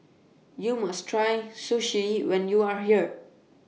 YOU must Try Sushi when YOU Are here